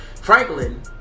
Franklin